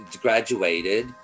graduated